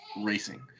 racing